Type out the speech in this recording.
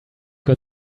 got